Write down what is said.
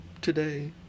today